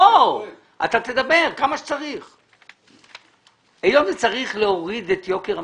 היות וצריך להוריד את יוקר המחייה,